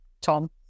Tom